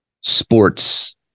sports